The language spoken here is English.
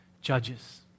judges